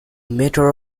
matter